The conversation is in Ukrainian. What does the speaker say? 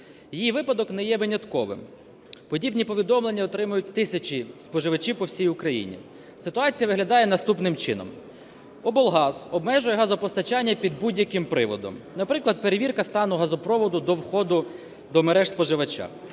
ЇЇ випадок не є винятковим, подібні повідомлення отримують тисячі споживачів по всій Україні. Ситуація виглядає наступним чином: облгаз обмежує газопостачання під будь-яким приводом, наприклад, перевірка стану газопроводу до входу до мереж споживача.